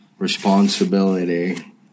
Responsibility